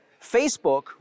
Facebook